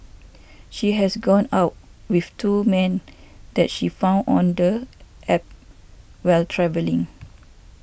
she has gone out with two men that she found on the App while travelling